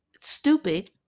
stupid